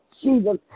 Jesus